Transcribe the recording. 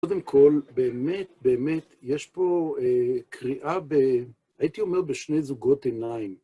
קודם כל, באמת, באמת, יש פה קריאה, הייתי אומר, בשני זוגות עיניים.